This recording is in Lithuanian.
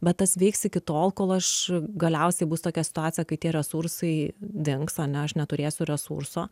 bet tas veiks iki tol kol aš galiausiai bus tokia situacija kai tie resursai dings ane aš neturėsiu resurso